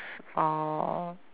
or